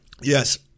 Yes